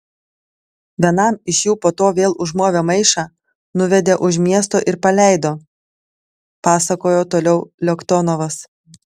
vienam iš jų po to vėl užmovė maišą nuvedė už miesto ir paleido pasakojo toliau loktionovas